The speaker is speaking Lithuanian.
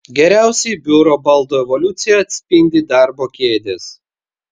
geriausiai biuro baldų evoliuciją atspindi darbo kėdės